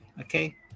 Okay